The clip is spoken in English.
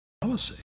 policy